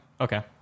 Okay